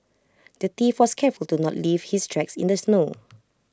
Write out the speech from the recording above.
the thief was careful to not leave his tracks in the snow